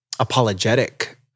Apologetic